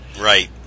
Right